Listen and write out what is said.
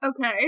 Okay